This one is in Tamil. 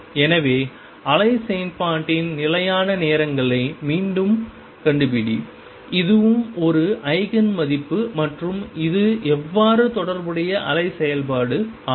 எனவே அலை செயல்பாட்டின் நிலையான நேரங்களை மீண்டும் கண்டுபிடி இதுவும் ஒரு ஈஜென் மதிப்பு மற்றும் இது எவ்வாறு தொடர்புடைய அலை செயல்பாடு ஆகும்